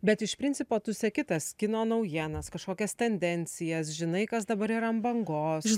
bet iš principo tu seki tas kino naujienas kažkokias tendencijas žinai kas dabar yra ant bangos